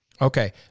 okay